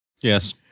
Yes